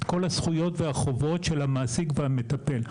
את כל הזכויות והחובות של המעסיק והמטפל.